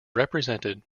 represented